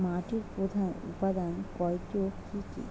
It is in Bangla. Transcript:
মাটির প্রধান উপাদান কয়টি ও কি কি?